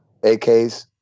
AKs